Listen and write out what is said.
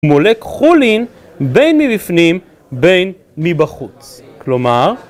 מולק חולין בין מבפנים בין מבחוץ, כלומר